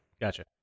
Gotcha